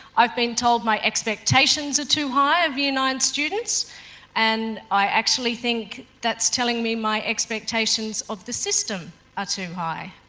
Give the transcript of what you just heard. i've been told my expectations are too high of year nine students and i actually think that's telling me my expectations of the system are too high.